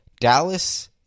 Dallas